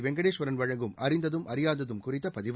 வெங்கடேஸ்வரன் வழங்கும் அறிந்ததும் அறியாததும் குறித்த பதிவு